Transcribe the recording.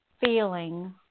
feeling